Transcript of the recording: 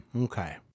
Okay